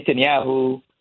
Netanyahu